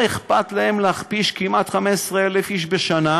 לא אכפת להם להכפיש כמעט 15,000 איש בשנה,